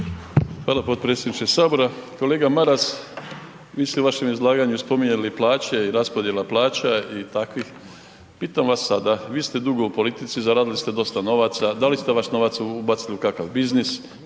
Hvala potpredsjedniče sabora, kolega Maras vi ste u vašem izlaganju spominjali plaće i raspodjela plaća i takvih, pitam vas sada, vi ste dugo u politici, zaradili ste dosta novaca, da li ste vaš novac ubacili u kakav biznis,